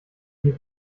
die